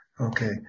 Okay